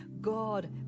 God